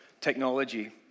technology